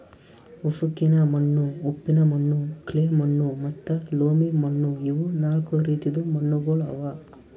ಉಸುಕಿನ ಮಣ್ಣು, ಉಪ್ಪಿನ ಮಣ್ಣು, ಕ್ಲೇ ಮಣ್ಣು ಮತ್ತ ಲೋಮಿ ಮಣ್ಣು ಇವು ನಾಲ್ಕು ರೀತಿದು ಮಣ್ಣುಗೊಳ್ ಅವಾ